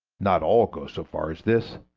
not all go so far as this,